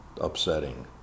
upsetting